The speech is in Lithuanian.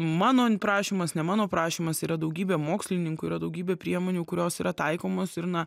mano prašymas ne mano prašymas yra daugybė mokslininkų yra daugybė priemonių kurios yra taikomos ir na